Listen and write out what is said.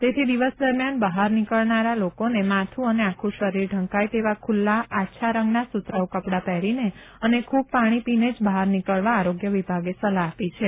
તેથી દિવસ દરમ્યાન બહાર નીકળનારા લોકોને માથુ અને આખું શરીર ઢંકાય તેવાં ખુલ્લાં આછા રંગના સુતરાઉ કપડાં પહેરીને અને ખૂબ પાણી પીને જ બહાર નીકળવા આરોગ્ય વિભાગે સલાહ આપી છે